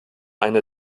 einer